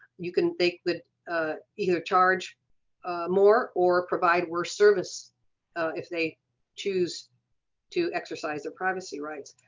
you can take that either charge more or provide worse service if they choose to exercise their privacy rights.